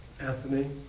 Anthony